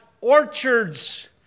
orchards